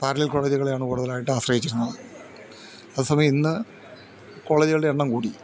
parallel കോളേജുകളെയാണ് കൂടുതലായിട്ട് ആശ്രയിച്ചിരുന്നത് അതേ സമയം ഇന്ന് കോളേജുകളുടെ എണ്ണം കൂടി